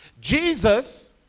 Jesus